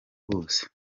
bose